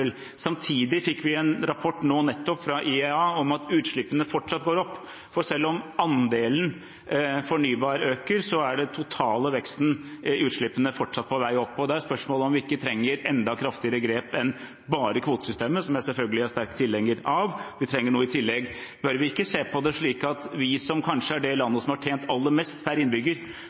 Samtidig fikk vi nettopp en rapport fra IEA, Det internasjonale energibyrået, om at utslippene fortsatt går opp, for selv om fornybarandelen øker, er den totale veksten i utslippene fortsatt på vei opp. Da er spørsmålet om vi ikke trenger enda kraftigere grep enn bare kvotesystemet – som jeg selvfølgelig er sterk tilhenger av – at vi trenger noe i tillegg. Bør vi ikke se på det slik at vi som kanskje er det landet som har tjent aller mest per innbygger